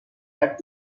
had